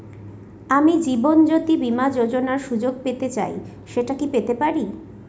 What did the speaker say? আমি জীবনয্যোতি বীমা যোযোনার সুযোগ পেতে চাই সেটা কি পেতে পারি?